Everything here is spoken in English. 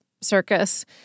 circus